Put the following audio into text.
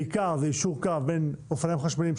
בעיקר זה יישור קו בין אופניים חשמליים,